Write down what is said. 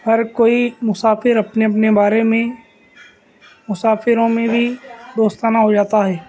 ہر کوئی مسافر اپنے اپنے بارے میں مسافروں میں بھی دوستانہ ہو جاتا ہے